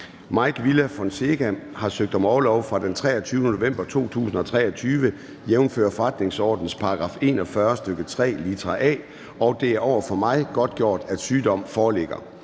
Mike Villa Fonseca (UFG) har søgt om orlov fra den 23. november 2023, jf. forretningsordenens § 41, stk. 3, litra a, og det er over for mig godtgjort, at sygdom foreligger.